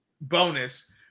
bonus